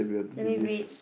let me read